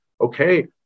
okay